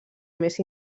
més